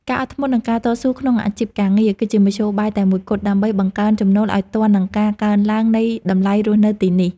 ការអត់ធ្មត់និងការតស៊ូក្នុងអាជីពការងារ គឺជាមធ្យោបាយតែមួយគត់ដើម្បីបង្កើនចំណូលឱ្យទាន់នឹងការកើនឡើងនៃតម្លៃរស់នៅនេះ។